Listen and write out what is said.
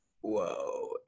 Whoa